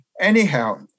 Anyhow